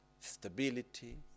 stability